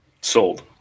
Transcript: Sold